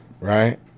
Right